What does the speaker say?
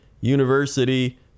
University